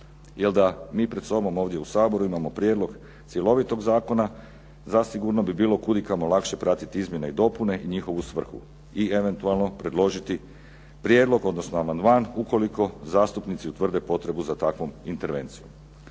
Jel' da mi pred sobom, ovdje u Saboru, imamo prijedlog cjelovitog zakona zasigurno bi bilo kud i kamo lakše pratiti izmjene i dopune i njihovu svrhu i eventualno predložiti prijedlog, odnosno amandman ukoliko zastupnici utvrde potrebu za takvom intervencijom.